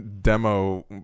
demo